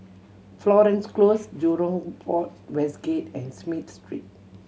Florence Close Jurong Port West Gate and Smith Street